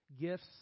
Gifts